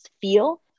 feel